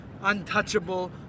untouchable